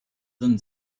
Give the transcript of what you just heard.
sind